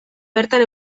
bertan